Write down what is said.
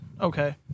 okay